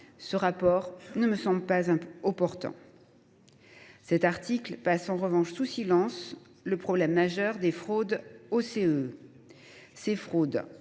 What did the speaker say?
tel report ne me semble pas opportun. Cet article passe en revanche sous silence le problème majeur des fraudes aux C2E. Celles